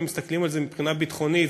אם מסתכלים על זה מבחינה ביטחונית,